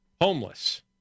homeless